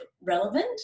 relevant